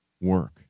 work